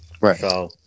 Right